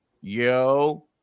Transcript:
Yo